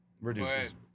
Reduces